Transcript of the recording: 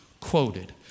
quoted